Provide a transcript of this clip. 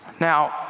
Now